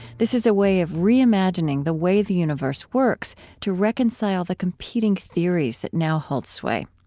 this is a way of reimagining the way the universe works to reconcile the competing theories that now hold sway.